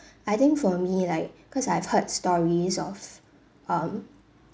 I think for me like cause I've heard stories of um